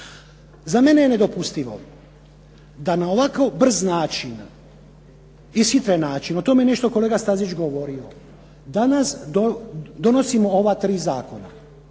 Za mene je nedopustivo da na ovakav brz način, ishitren način, o tome je nešto kolega Stazić govorio, danas donosimo ova tri zakona,